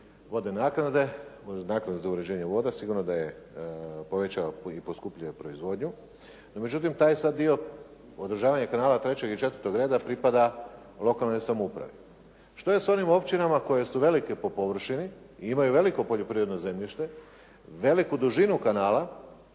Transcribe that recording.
vode naknade, naknade za uređenje voda sigurno da je povećao i poskupljuje proizvodnju. No međutim, taj sad dio održavanje kanala trećeg i četvrtog reda pripada lokalnoj samoupravi. Što je sa onim općinama koje su velike po površini i imaju veliko poljoprivredno zemljište, veliku dužinu kanala.